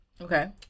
Okay